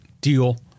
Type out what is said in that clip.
deal